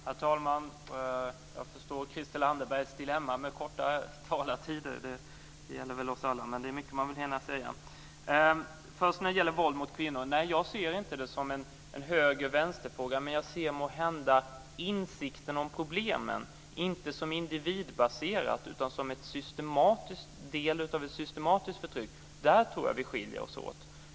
Herr talman! Jag förstår Christel Anderbergs dilemma med korta talartider. Det gäller väl alla. Det är mycket man vill hinna säga. Först var det frågan om våld mot kvinnor. Jag ser den inte som en höger-vänster-fråga, men jag ser måhända insikten om problemen, dvs. inte som ett individbaserat utan som en del av ett systematiskt förtryck. Där skiljer vi oss åt.